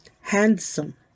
handsome